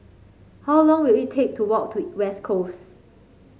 how long will it take to walk to West Coast